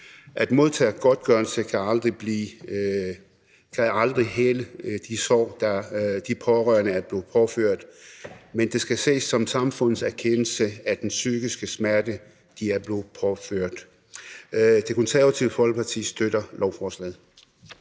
At modtage godtgørelse kan aldrig hele de sår, de pårørende er blevet påført, men det skal ses som samfundets anerkendelse af den psykiske smerte, de er blevet påført. Det Konservative Folkeparti støtter lovforslaget.